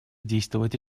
действовать